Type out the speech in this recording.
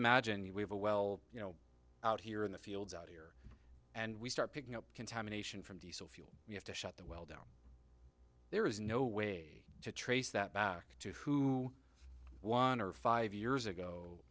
imagine we have a well you know out here in the fields out here and we start picking up contamination from diesel fuel we have to shut the well down there is no way to trace that back to who won or five years ago